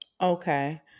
Okay